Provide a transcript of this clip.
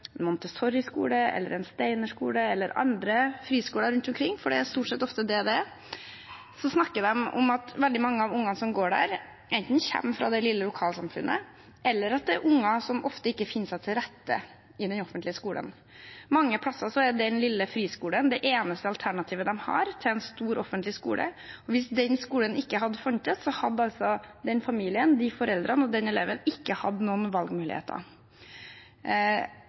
montessoriskole eller en steinerskole eller andre friskoler rundt omkring, for det er stort sett ofte det det er, så snakker de om at veldig mange av ungene som går der, enten kommer fra det lille lokalsamfunnet, eller at det er unger som ofte ikke finner seg til rette i den offentlige skolen. Mange steder er den lille friskolen det eneste alternativet de har til en stor offentlig skole, og hvis den skolen ikke hadde funnes, hadde altså den familien – de foreldrene og den eleven – ikke hatt noen valgmuligheter.